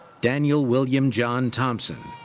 daniel william john thompson.